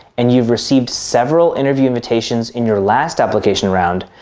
and you've received several interview invitations in your last application round,